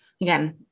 again